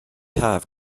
haf